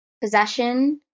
*Possession*